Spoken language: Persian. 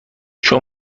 چون